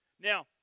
Now